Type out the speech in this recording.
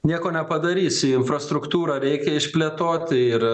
nieko nepadarysi infrastruktūrą reikia išplėtoti ir